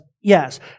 Yes